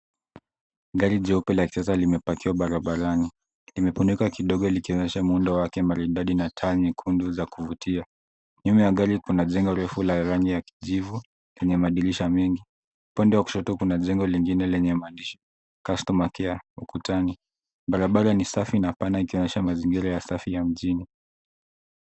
Gari jeupe la kisasa limepakiwa barabarani. Limeponeka kidogo likionyesha muundo wake maridadi na taa nyekundu za kuvutia. Nyuma ya gari kuna jengo la rangi ya kijivu, yenye madirisha mengi. Upande wa kushoto kuna jengo lingine lenye maandishi customer care ukutani. Barabara ni safi na paana likionyesha mazingira ya safi ya mjini.